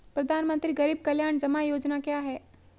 प्रधानमंत्री गरीब कल्याण जमा योजना क्या है?